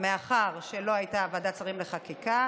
מאחר שלא הייתה ועדת שרים לחקיקה,